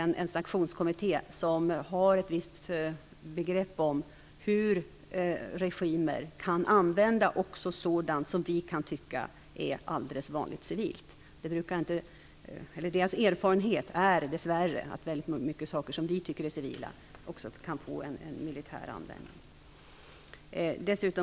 Sanktionskommittén har ett visst begrepp om hur regimer kan använda också sådant som vi kan tycka är alldeles vanliga civila produkter. Deras erfarenhet är dess värre att många saker som vi tycker har civil användning också kan få en militär sådan.